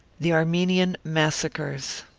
the armenian massacres.